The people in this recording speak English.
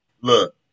Look